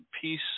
Peace